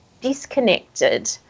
disconnected